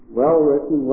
well-written